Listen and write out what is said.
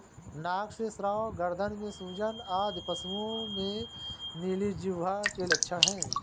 नाक से स्राव, गर्दन में सूजन आदि पशुओं में नीली जिह्वा के लक्षण हैं